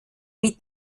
mit